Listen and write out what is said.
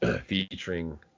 featuring